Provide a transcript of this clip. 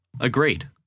Agreed